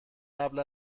قبل